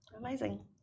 Amazing